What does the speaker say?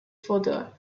father